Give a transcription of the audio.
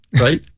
right